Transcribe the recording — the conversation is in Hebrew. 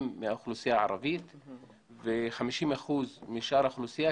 מהאוכלוסייה הערבית ו-50 אחוזים משאר האוכלוסייה.